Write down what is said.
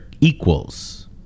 equals